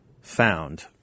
found